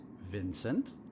Vincent